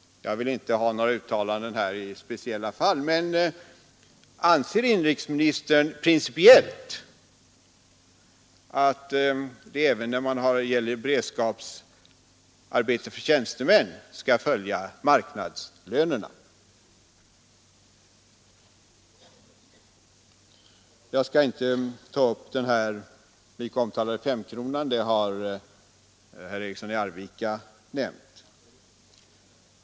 Jag vill inte här ha några uttalanden rörande speciella fall, men anser inrikesministern principiellt att man även när det gäller beredskapsarbete för tjänstemän skall följa marknadslönerna? Jag skall här inte vidare tala om den mycket omtalade femkronan, eftersom herr Eriksson i Arvika kommer att göra det.